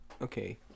Okay